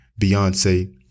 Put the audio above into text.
Beyonce